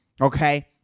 okay